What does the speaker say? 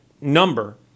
number